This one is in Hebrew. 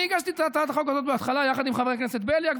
אני הגשתי את הצעת החוק הזאת בהתחלה יחד עם חבר הכנסת בליאק,